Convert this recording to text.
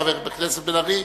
חבר הכנסת בן-ארי.